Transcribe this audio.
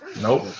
Nope